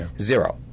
zero